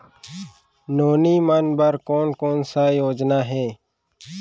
नोनी मन बर कोन कोन स योजना हे?